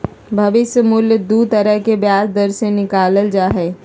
भविष्य मूल्य दू तरह के ब्याज दर से निकालल जा हय